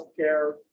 healthcare